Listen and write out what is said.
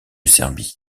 serbie